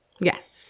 Yes